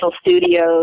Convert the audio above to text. Studios